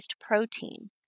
protein